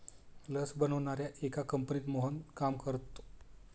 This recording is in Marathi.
लस बनवणाऱ्या एका कंपनीत मोहन काम करतो